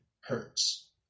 hurts